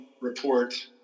report